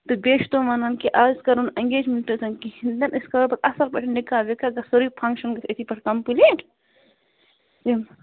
تہٕ بیٚیہِ چھ تِم وَنُن کہِ اَز کَرو نہٕ ایٚنگیجمٮ۪نٛٹ یٲژَن کِہیٖنٛۍ تہ نہٕ أسۍ کَرو پَتہٕ اَصٕل پٲٹھۍ نِکاح وِکاح سٲری فَنٛکشَن گَژھِ أتی پٮ۪ٹھ کَمپلیٖٹ یِم